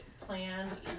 plan